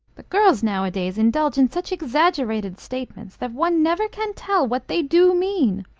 the girls nowadays indulge in such exaggerated statements that one never can tell what they do mean.